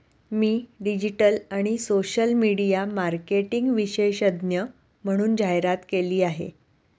मी digital आणि social media marketing विशेषज्ञ म्हणून जाहिरात केली आहे